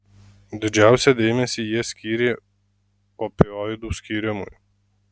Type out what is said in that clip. didžiausią dėmesį jie skyrė opioidų skyrimui